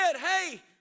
hey